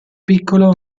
piccolo